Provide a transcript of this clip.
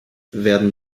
werden